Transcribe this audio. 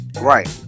Right